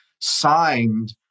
signed